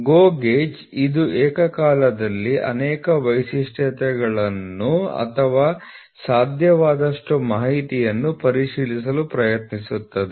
GO gauge ಇದು ಏಕಕಾಲದಲ್ಲಿ ಅನೇಕ ವೈಶಿಷ್ಟ್ಯಗಳನ್ನು ಅಥವಾ ಸಾಧ್ಯವಾದಷ್ಟು ಮಾಹಿತಿಯನ್ನು ಪರಿಶೀಲಿಸಲು ಪ್ರಯತ್ನಿಸುತ್ತದೆ